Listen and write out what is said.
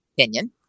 opinion